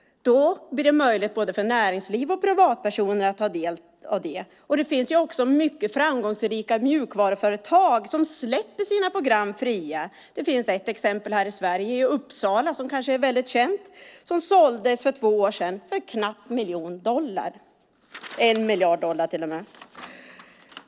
Då blir det möjligt för både näringsliv och privatpersoner att ta del av det. Det finns också mycket framgångsrika mjukvaruföretag som släpper sina program fria. Det finns ett exempel här i Sverige, i Uppsala, som kanske är väl känt, när ett företag för två år sedan såldes för en knapp miljard dollar.